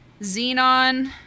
Xenon